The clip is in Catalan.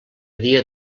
dia